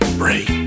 break